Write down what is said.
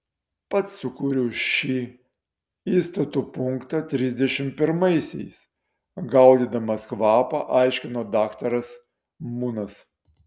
pats sukūriau šį įstatų punktą trisdešimt pirmaisiais gaudydamas kvapą aiškino daktaras munas